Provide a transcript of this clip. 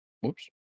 Whoops